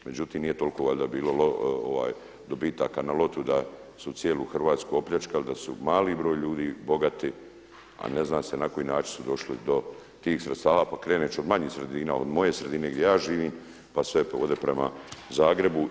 Međutim, nije toliko valjda bilo dobitaka na Lotu da su cijelu Hrvatsku opljačkali, da su mali broj ljudi bogati, a ne zna se na koji način su došli do tih sredstava, pa krenut ću od manjih sredina, od moje sredine gdje ja živim, pa sve ovdje prema Zagrebu.